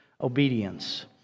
obedience